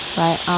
right